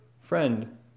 Friend